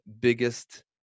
biggest